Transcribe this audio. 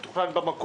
כפי שתוכנן במקור.